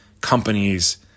companies